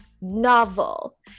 novel